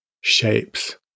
shapes